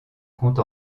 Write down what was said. compte